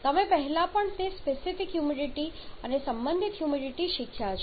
તમે પહેલા પણ તે સ્પેસિફિક હ્યુમિડિટી અને સંબંધિત હ્યુમિડિટી શીખ્યા છો